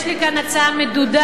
יש לי כאן הצעה מדודה,